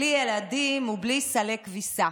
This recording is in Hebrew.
בלי ילדים ובלי סלי כביסה,